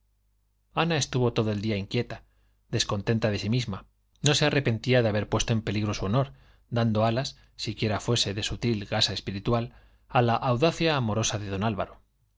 ana estuvo todo el día inquieta descontenta de sí misma no se arrepentía de haber puesto en peligro su honor dando alas siquiera fuesen de sutil gasa espiritual a la audacia amorosa de don álvaro